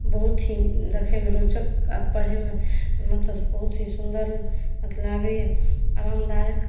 बहुत ही देखैमे रोचक आ पढ़ैमे मतलब बहुत ही सुन्दर लागैया आरामदायक